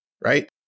right